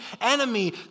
enemy